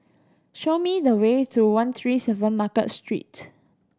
show me the way to one three seven Market Street